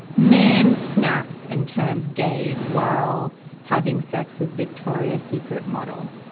man snaps and turns gay while having sex with victoria secret model.